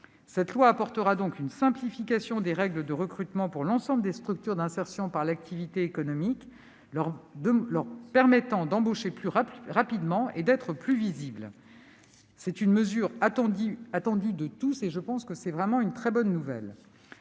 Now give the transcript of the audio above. Ce texte permettra donc une simplification des règles de recrutement pour l'ensemble des structures d'insertion par l'activité économique, leur permettant d'embaucher plus rapidement et d'être plus visibles. Cette mesure est attendue de tous et c'est donc une très bonne nouvelle.